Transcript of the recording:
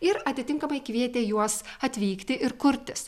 ir atitinkamai kvietė juos atvykti ir kurtis